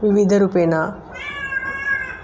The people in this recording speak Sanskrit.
विविधरूपेण